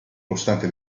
costante